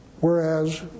Whereas